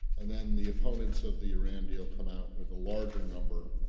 and then the opponents of the iran deal come out with a larger number.